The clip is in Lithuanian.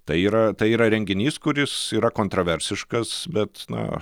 tai yra tai yra renginys kuris yra kontraversiškas bet na